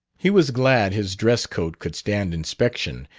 he was glad his dress-coat could stand inspection,